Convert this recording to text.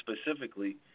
specifically